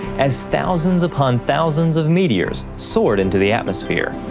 as thousands upon thousands of meteors soared into the atmosphere,